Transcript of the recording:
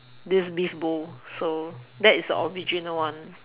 this beef bowl so that is the original one